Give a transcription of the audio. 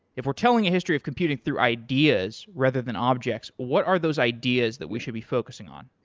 if we're telling a history of computing through ideas rather than objects, what are those ideas that we should be focusing on?